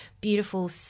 beautiful